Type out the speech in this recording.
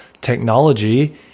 technology